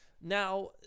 Now